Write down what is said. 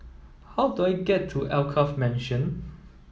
how do I get to Alkaff Mansion